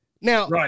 Now